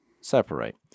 separate